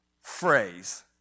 phrase